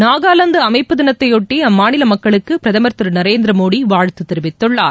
நாகாலாந்து அமைப்பு தினத்தையொட்டி அம்மாநில மக்க ளுக்கு பிரதமர் திரு நரேந்திரமோடி வாழ்த்து தெரிவித்துள்ளார்